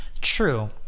True